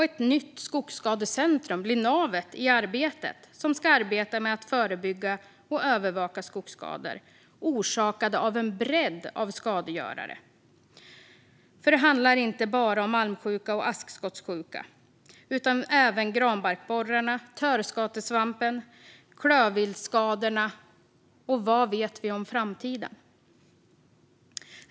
Ett nytt skogsskadecentrum blir navet i arbetet med att förebygga och övervaka skogsskador orsakade av en bredd av skadegörare, för det handlar inte bara om almsjuka och askskottssjuka utan även om skador av granbarkborre, törskatesvamp och klövvilt. Och vad vet vi om framtiden?